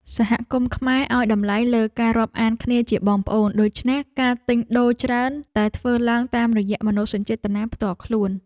សហគមន៍ខ្មែរឱ្យតម្លៃលើការរាប់អានគ្នាជាបងប្អូន ដូច្នេះការទិញដូរច្រើនតែធ្វើឡើងតាមរយៈមនោសញ្ចេតនាផ្ទាល់ខ្លួន។